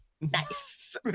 Nice